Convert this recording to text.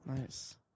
Nice